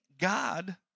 God